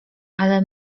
ale